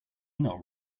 not